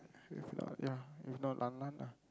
if not ya if not lan lan lah